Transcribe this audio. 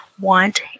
want